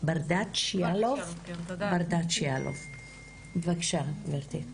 ברדץ' יאלוב, בבקשה גברתי.